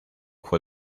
fue